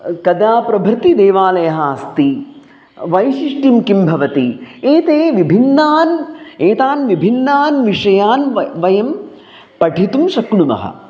कदा प्रभृतिः देवालयः अस्ति वैशिष्ट्यं किं भवति एते विभिन्नान् एतान् विभिन्नान् विषयान् व वयं पठितुं शक्नुमः